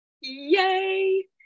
Yay